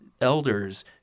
elders